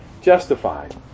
justified